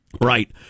Right